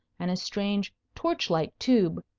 and a strange torch-like tube,